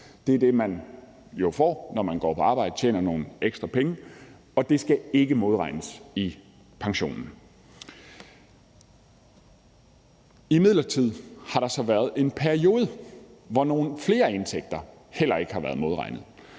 Det er det, man jo får, når man går på arbejde og tjener nogle ekstra penge, og det skal ikke modregnes i pensionen. Imidlertid har der været en periode, hvor nogle flere indtægter heller ikke har været modregnet.